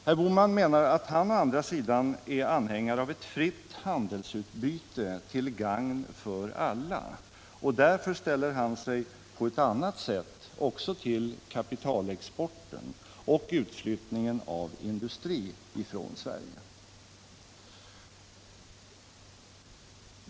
Herr Bohman menar att han å andra sidan är anhängare av ett fritt handelsutbyte till gagn för alla, och därför blir hans inställning en annan till kapitalexporten och utflyttningen av industri från Sverige.